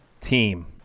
team